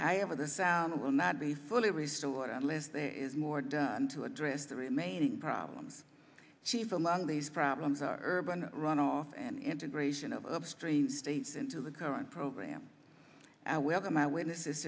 however this hour will not be fully restored unless there is more done to address the remaining problems schieffer mali's problems are urban runoff an integration of upstream states into the current program however my witnesses